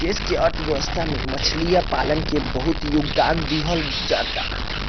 देश के अर्थव्यवस्था में मछली पालन के बहुत योगदान दीहल जाता